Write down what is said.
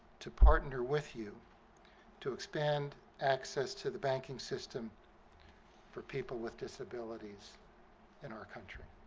to partner with you to expand access to the banking system for people with disabilities in our country.